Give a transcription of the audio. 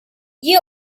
you